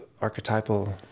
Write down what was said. archetypal